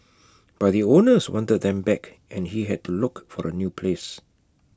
but the owners wanted them back and he had to look for A new place